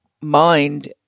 mind